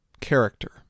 character